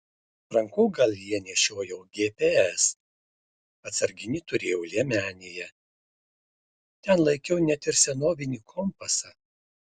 rankogalyje nešiojau gps atsarginį turėjau liemenėje ten laikiau net ir senovinį kompasą